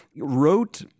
wrote